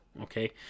okay